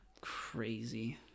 Crazy